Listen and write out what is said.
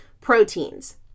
proteins